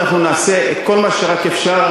אנחנו נעשה את כל מה שרק אפשר,